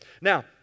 Now